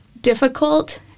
difficult